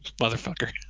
motherfucker